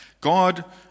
God